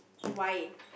why